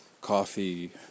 coffee